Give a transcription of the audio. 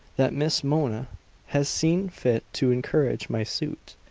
that miss mona has seen fit to encourage my suit.